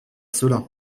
cela